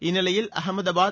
இந்நிலையில் அகமதாபாத்